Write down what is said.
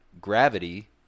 Gravity